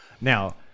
Now